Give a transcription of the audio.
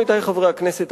עמיתי חברי הכנסת,